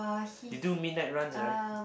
you do midnight runs right